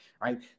right